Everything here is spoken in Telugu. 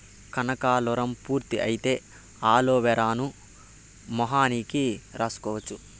కనకాలురం పూర్తి అయితే అలోవెరాను మొహానికి రాసుకోవచ్చు